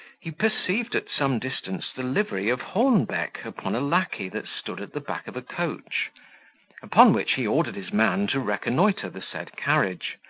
he perceived at some distance the livery of hornbeck upon a lacquey that stood at the back of a coach upon which he ordered his man to reconnoitre the said carriage,